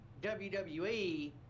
WWE